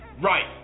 Right